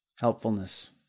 helpfulness